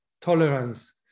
tolerance